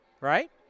Right